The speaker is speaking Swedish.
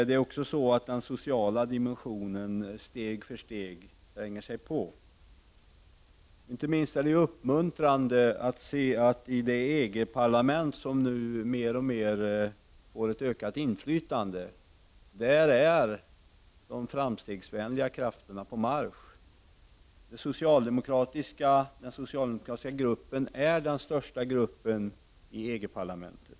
Det är också så, att den sociala dimensionen steg för steg tränger sig på. Inte minst uppmuntrande är det att se att i det EG-parlament som nu mer och mer får ett ökat inflytande är de framstegsvänliga krafterna på marsch. Den socialdemokratiska gruppen är den största gruppen i EG-parlamentet.